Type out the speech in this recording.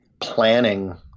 planning